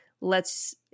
lets